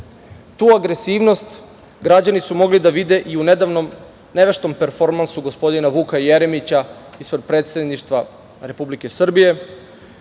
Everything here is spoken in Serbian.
Tu agresivnost građani su mogli da vide i u nedavnom neveštom performansu gospodina Vuka Jeremića ispred Predsedništva Republike Srbije.